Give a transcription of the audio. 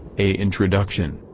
a. introduction.